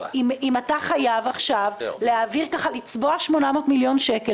באמת חייב לצבוע עכשיו 800 מיליון שקלים